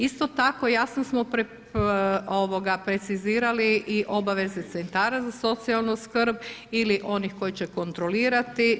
Isto tako jasno smo precizirali i obaveze centara za socijalnu skrb ili onih koji će kontrolirati.